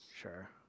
Sure